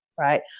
right